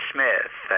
Smith